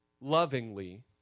lovingly